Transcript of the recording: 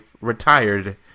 retired